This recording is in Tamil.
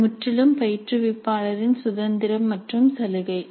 இது முற்றிலும் பயிற்றுவிப்பாளரின் சுதந்திரம் மற்றும் சலுகை